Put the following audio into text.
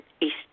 East